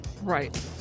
Right